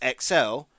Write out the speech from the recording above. XL